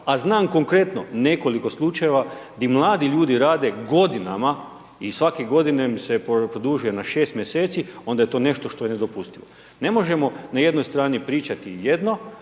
a znam konkretno nekoliko slučajeva gdje mladi ljudi rade godinama i svake godine im se produžuje na 6 mjeseci, onda je to nešto što je nedopustivo. Ne možemo na jednoj strani pričati jedno,